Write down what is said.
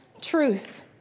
truth